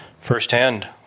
firsthand